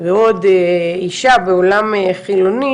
ועוד אישה בעולם חילוני,